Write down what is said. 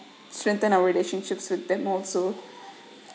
strengthen our relationships with them also